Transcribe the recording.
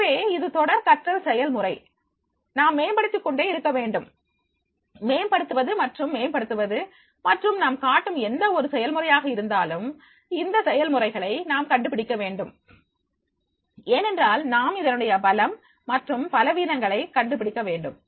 எனவே இது தொடர் கற்றல் செயல்முறை நாம் மேம்படுத்திக் கொண்டே இருக்க வேண்டும் மேம்படுத்துவது மற்றும் மேம்படுத்துவது மற்றும் நாம் காட்டும் எந்த ஒரு செயல்முறையாக இருந்தாலும் அந்த செயல் முறைகளை நாம் கண்டுபிடிக்க வேண்டும் ஏனென்றால் நாம் இதனுடைய பலம் மற்றும் பலவீனங்களை கண்டுபிடிக்க வேண்டும்